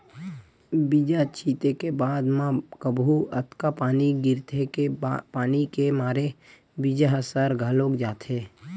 बीजा छिते के बाद म कभू अतका पानी गिरथे के पानी के मारे बीजा ह सर घलोक जाथे